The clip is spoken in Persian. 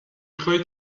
خوای